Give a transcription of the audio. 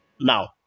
Now